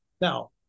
Now